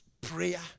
prayer